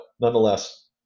nonetheless